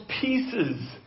pieces